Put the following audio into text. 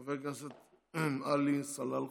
חבר הכנסת עלי סלאלחה.